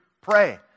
Pray